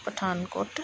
Pathankot